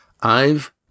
I've